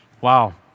Wow